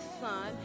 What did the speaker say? son